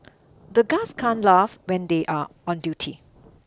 the guards can't laugh when they are on duty